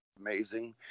amazing